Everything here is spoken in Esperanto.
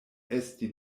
esti